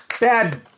Bad